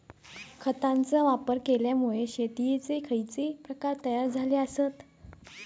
खतांचे वापर केल्यामुळे शेतीयेचे खैचे प्रकार तयार झाले आसत?